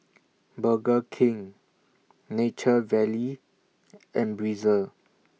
Burger King Nature Valley and Breezer